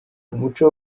umuco